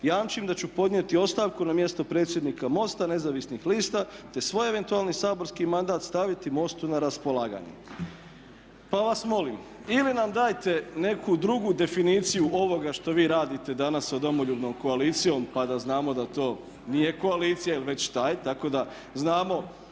jamčim da ću podnijeti ostavku na mjestu predsjednika MOST-a Nezavisnih lista te svoj eventualni saborski mandat staviti MOST-u na raspolaganje.". Pa vas molim, ili nam dajte neku drugu definiciju ovoga što vi radite danas sa Domoljubnom koalicijom kada znamo da to nije koalicija ili već …/Govornik se ne